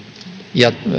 ja